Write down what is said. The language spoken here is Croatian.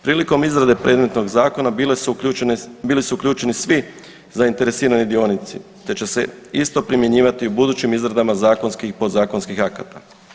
Prilikom izrade predmetnog zakona bili su uključeni svi zainteresirani dionici te će se isto primjenjivati u budućim izradama zakonskih i podzakonskih akata.